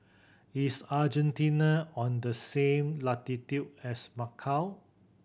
is Argentina on the same latitude as Macau